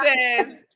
says